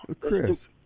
Chris